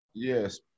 Yes